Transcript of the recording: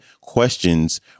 questions